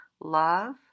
Love